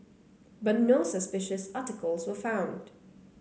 but no suspicious articles were found